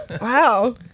Wow